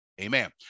amen